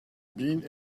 been